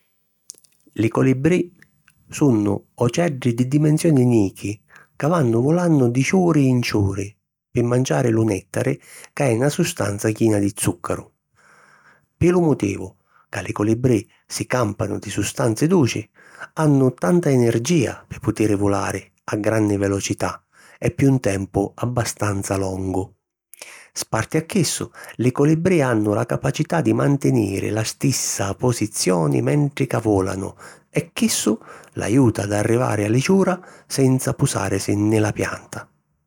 Li colibrì sunnu oceddi di dimensioni nichi ca vannu vulannu di ciuri 'n ciuri pi manciari lu nèttari ca è na sustanza china di zùccaru. Pi lu motivu ca li colibrì si càmpanu di sustanzi duci, hannu tanta energìa pi putiri vulari cu granni velocità e pi un tempu abbastanza longu. Sparti a chissu, li colibrì hannu la capacità di mantinìri la stissa posizioni mentri ca vòlanu e chissu l'ajuta ad arrivari a li ciura senza pusàrisi nni la pianta.